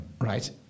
Right